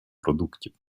продуктів